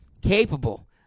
Capable